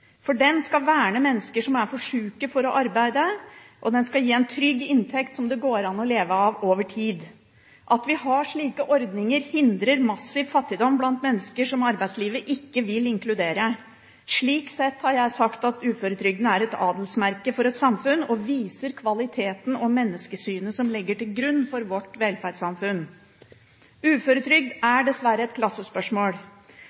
uføretrygden. Den skal verne mennesker som er for syke til å arbeide, og den skal gi en trygg inntekt som det går an å leve av over tid. At vi har slike ordninger, hindrer massiv fattigdom blant mennesker som arbeidslivet ikke vil inkludere. Slik sett har jeg sagt at uføretrygden er et adelsmerke for et samfunn, og den viser kvaliteten og menneskesynet som ligger til grunn for vårt velferdssamfunn. Uføretrygd